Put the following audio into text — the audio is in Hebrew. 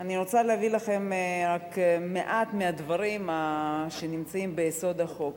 אני רוצה להביא לכם רק מעט מהדברים שנמצאים ביסוד החוק.